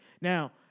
Now